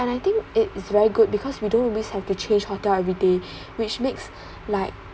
and I think it is very good because we don't always have to change hotel everyday which makes like